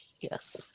Yes